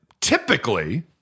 typically